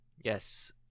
Yes